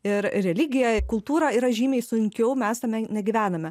ir religiją kultūrą yra žymiai sunkiau mes tame negyvename